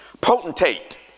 potentate